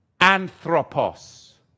anthropos